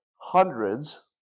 hundreds